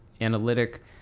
analytic